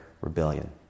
rebellion